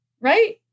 Right